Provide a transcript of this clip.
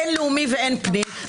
אין לאומי ואין פנים.